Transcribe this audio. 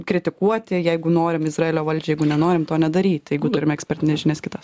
kritikuoti jeigu norim izraelio valdžią jeigu nenorim to nedaryt jeigu turime ekspertines žinias kitas